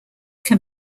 can